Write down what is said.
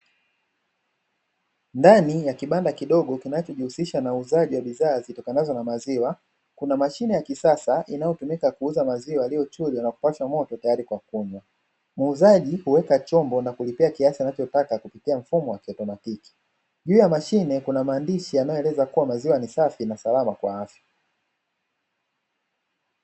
Ndani ya kibanda kidogo kinachojihusisha na uuzaji wa bidhaa zitokanazo na maziwa kuna mashine ya kisasa inayotumika kuuza maziwa yaliyochujwa na kupashwa moto tayari kwa kunywa muuzaji huweka chombo na kulipia kiasi anachotaka kufikia mfumo wa kiatomatiki juu ya mashine kuna maandishi yanayoeleza kuwa maziwa ni safi na salama kwa afya